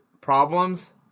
problems